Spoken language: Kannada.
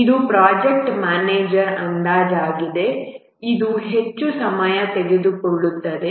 ಇದು ಪ್ರೊಜೆಕ್ಟ್ ಮ್ಯಾನೇಜರ್ ಅಂದಾಜಾಗಿದೆ ಇದು ಹೆಚ್ಚು ಸಮಯ ತೆಗೆದುಕೊಳ್ಳುತ್ತದೆ